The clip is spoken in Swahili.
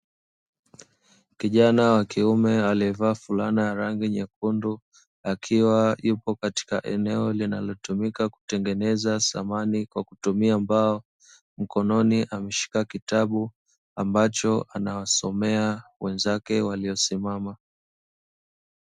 Kijana wa kiume aliyevaa fulana ya rangi nyekundu, akiwa yupo katika eneo linalotumika kutengeneza samani kwa kutumia mbao; mkononi ameshika kitabu ambacho anawasomea wenzake waliosimama.